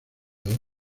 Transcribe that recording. muy